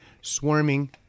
swarming